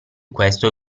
questo